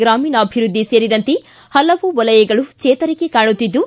ಗ್ರಾಮೀಣಾಭಿವೃದ್ದಿ ಸೇರಿದಂತೆ ಹಲವು ವಲಯಗಳು ಚೇತರಿಕೆ ಕಾಣುತ್ತಿದ್ದು